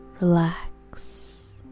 relax